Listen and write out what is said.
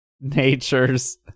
natures